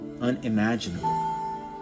unimaginable